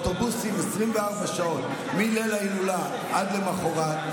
יש אוטובוסים 24 שעות מליל ההילולה עד למוחרת,